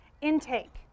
intake